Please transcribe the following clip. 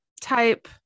type